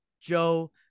Joe